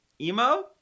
Emo